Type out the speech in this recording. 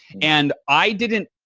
and i didn't,